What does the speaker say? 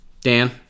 Dan